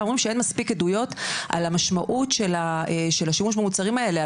אומרים שאין מספיק עדויות על המשמעות של השימוש במוצרים האלה,